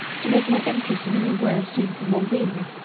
to make my interest in her wares seem the more real.